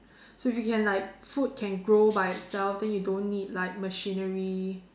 so you can like food can grow by itself then you don't need like machinery